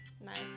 Nice